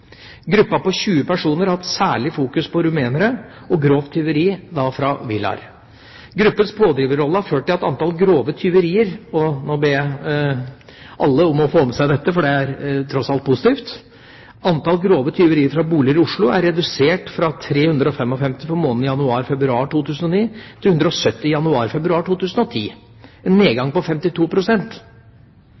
Gruppa på 20 personer har hatt særlig fokus på rumenere og grovt tyveri fra villaer. Gruppas pådriverrolle har ført til – og nå ber jeg alle om å få med seg dette, for det er tross alt positivt – at antall grove tyverier fra boliger i Oslo er redusert fra 355 for månedene januar–februar 2009 til 170 i januar–februar 2010, en nedgang på